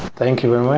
thank you very much.